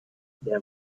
there